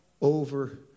over